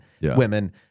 women